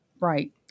right